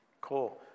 cool